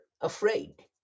afraid